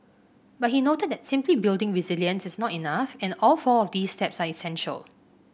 but he noted that simply building resilience is not enough and all four of these steps are essential